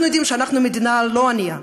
אנחנו יודעים שאנחנו מדינה לא ענייה,